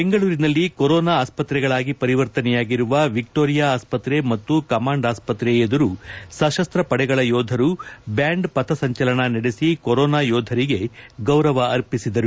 ಬೆಂಗಳೂರಿನಲ್ಲಿ ಕೊರೋನಾ ಆಸ್ಪತ್ರೆಗಳಾಗಿ ಪರಿವರ್ತನೆಯಾಗಿರುವ ವಿಕ್ಟೋರಿಯಾ ಆಸ್ಪತ್ರೆ ಮತ್ತು ಕಮಾಂಡ್ ಆಸ್ಪತ್ರೆ ಎದುರು ಸಶಸ್ತ್ರ ಪಡೆಗಳ ಯೋಧರು ಬ್ಯಾಂಡ್ ಪಥಸಂಚಲನ ನಡೆಸಿ ಕೊರೋನಾ ಯೋಧರಿಗೆ ಗೌರವ ಅರ್ಪಿಸಿದರು